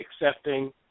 accepting